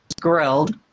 grilled